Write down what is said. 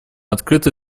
открыты